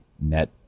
Net